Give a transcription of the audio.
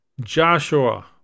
Joshua